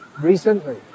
recently